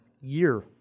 year